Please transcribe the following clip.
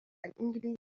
الإنجليزية